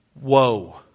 Whoa